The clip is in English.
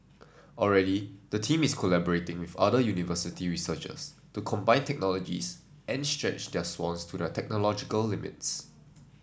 already the team is collaborating with other university researchers to combine technologies and stretch the swans to their technological limits